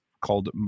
called